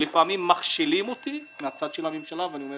לפעמים מכשילים אותי מהצד של הממשלה ואני אומר